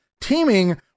teaming